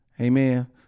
Amen